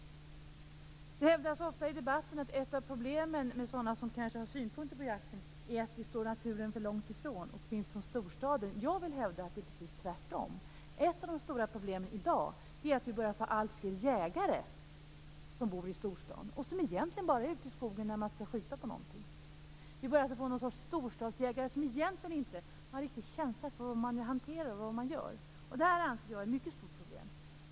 Det hävdas ofta i debatten att ett av problemen med dem som har synpunkter på jakten är att de står för långt ifrån naturen och finns i storstaden. Jag vill hävda att det är precis tvärtom. Ett av de stora problemen i dag är att det börjar bli alltfler jägare som bor i storstaden och som egentligen bara är ute i skogen när de skall skjuta på någonting. Det börjar bli en sorts storstadsjägare, som egentligen inte har någon riktig känsla för vad de hanterar och gör. Jag anser att det är ett mycket stort problem.